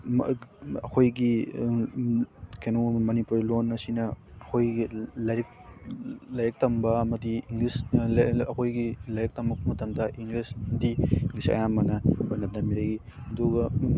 ꯑꯩꯈꯣꯏꯒꯤ ꯀꯩꯅꯣ ꯃꯅꯤꯄꯨꯔꯤ ꯂꯣꯟ ꯑꯁꯤꯅ ꯑꯩꯈꯣꯏꯒꯤ ꯂꯥꯏꯔꯤꯛ ꯂꯥꯏꯔꯤꯛ ꯇꯝꯕ ꯑꯃꯗꯤ ꯏꯪꯂꯤꯁ ꯑꯩꯈꯣꯏꯒꯤ ꯂꯥꯏꯔꯤꯛ ꯇꯝꯂꯛꯄ ꯃꯇꯝꯗ ꯏꯪꯂꯤꯁ ꯍꯤꯟꯗꯤꯒꯨꯝꯕꯁꯤ ꯑꯌꯥꯝꯕꯅ ꯑꯣꯏꯅ ꯇꯝꯕꯤꯔꯛꯏ ꯑꯗꯨꯒ